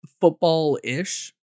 football-ish